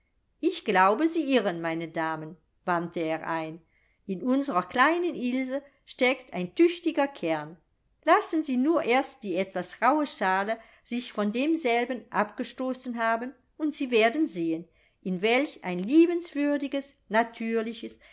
ich glaube sie irren meine damen wandte er ein in unsrer kleinen ilse steckt ein tüchtiger kern lassen sie nur erst die etwas rauhe schale sich von demselben abgestoßen haben und sie werden sehen in welch ein liebenswürdiges natürliches